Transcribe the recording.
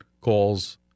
calls